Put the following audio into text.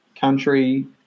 country